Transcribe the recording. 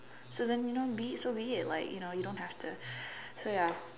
so then you know be so be it like you know you don't have to so ya